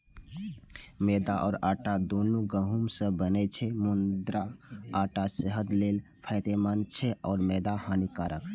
मैदा आ आटा, दुनू गहूम सं बनै छै, मुदा आटा सेहत लेल फायदेमंद छै आ मैदा हानिकारक